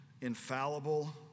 infallible